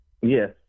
Yes